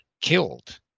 killed